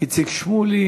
איציק שמולי.